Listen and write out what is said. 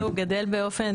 הוא גדל באופן